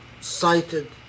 cited